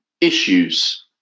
issues